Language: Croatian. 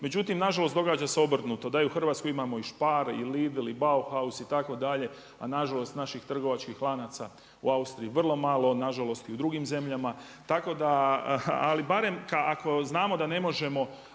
međutim nažalost događa se obrnut da u Hrvatskoj imamo i Spar i Lidl i Bauhaus itd., a nažalost naših trgovačkih lanaca u Austriji vrlo malo, nažalost i u drugim zemljama. Ali barem ako znamo da ne možemo